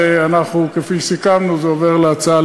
וכפי שסיכמנו, זה הופך להצעה